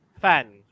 fan